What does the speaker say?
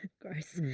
gross.